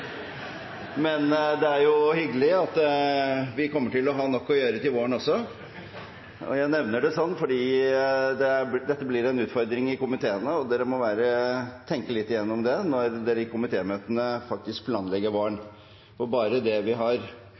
men det er jo hyggelig at vi kommer til å ha nok å gjøre til våren også! Presidenten nevner det slik, fordi dette blir en utfordring i komiteene, og dere må tenke litt igjennom det når dere i komitemøtene planlegger våren. Bare det vi har